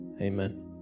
Amen